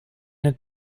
het